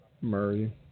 Murray